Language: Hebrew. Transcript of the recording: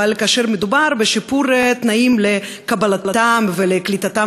אבל כאשר מדובר בשיפור תנאים לקבלתם ולקליטתם